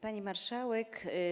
Pani Marszałek!